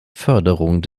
förderung